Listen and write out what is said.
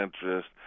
interest